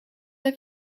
i’ve